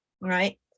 right